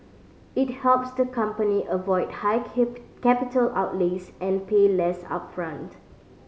it helps the company avoid high capital outlays and pay less upfront